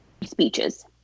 speeches